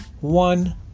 One